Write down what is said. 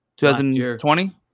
2020